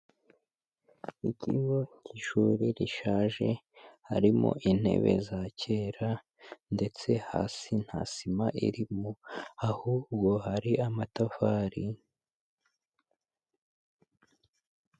Ikigo cy'ishuri rishaje, harimo intebe za kera, ndetse hasi nta sima irimo, ahubwo hari amatafari